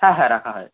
হ্যাঁ হ্যাঁ রাখা হয়